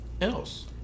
else